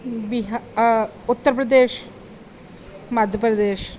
Bihar Uttar Pradesh Madhya Pradesh